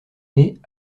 née